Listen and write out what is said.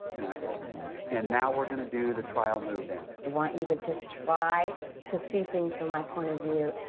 and i love you. and now we're gonna do the trial move-in. i and want you to just try to see things from my point of view.